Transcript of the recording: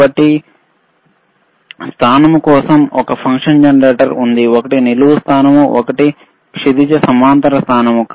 కాబట్టి స్థానము కోసం ఒక ఫంక్షన్ ఉంది ఒకటి నిలువు స్థానము ఒకటి క్షితిజ సమాంతర స్థానము